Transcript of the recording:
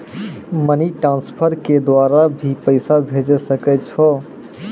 Money transfer के द्वारा भी पैसा भेजै सकै छौ?